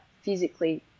physically